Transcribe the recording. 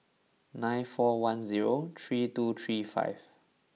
nine four one zero three two three five